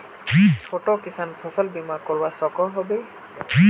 छोटो किसान फसल बीमा करवा सकोहो होबे?